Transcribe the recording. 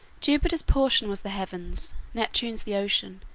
jupiter's portion was the heavens, neptune's the ocean,